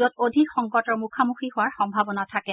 যত অধিক সংকটৰ মুখামুখি হোৱাৰ সম্ভাৱনা থাকে